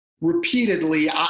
repeatedly